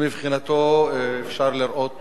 ומבחינתו אפשר לראות